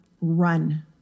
run